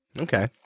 Okay